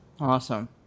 Awesome